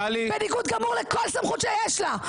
בניגוד גמור לכל סמכות שיש לה.